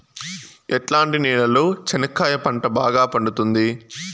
ఎట్లాంటి నేలలో చెనక్కాయ పంట బాగా పండుతుంది?